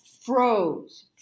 froze